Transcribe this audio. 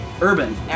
Urban